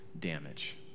damage